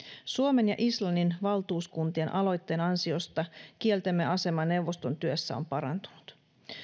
suomen ja islannin valtuuskuntien aloitteen ansiosta kieltemme asema neuvoston työssä on parantunut